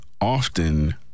often